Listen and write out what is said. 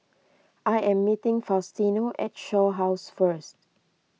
I am meeting Faustino at Shaw House first